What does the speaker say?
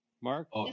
Mark